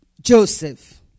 Joseph